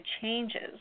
changes